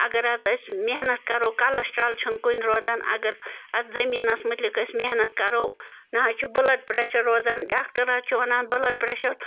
اگر حظ أسۍ محنت کَرو کَلَسٹرٛال چھِنہٕ کُنہِ روزان اَگر اَتھ زٔمیٖنَس متعلِق أسۍ محنت کَرو نہٕ حظ چھُ بٕلَڈ پرٛیٚشَر روزان ڈاکٹر حظ چھُ وَنان بٕلَڈ پرٛیٚشَر